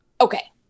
okay